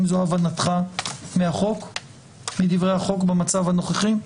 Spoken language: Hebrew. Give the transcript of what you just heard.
האם זו הבנתך מדברי החוק במצב הנוכחי?